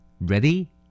Ready